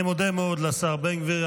אני מודה מאוד לשר בן גביר.